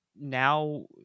Now